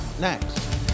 next